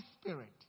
Spirit